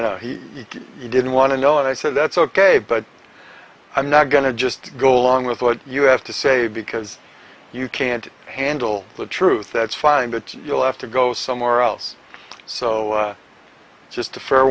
he didn't want to know and i said that's ok but i'm not going to just go along with what you have to say because you can't handle the truth that's fine but you'll have to go somewhere else so it's just a fair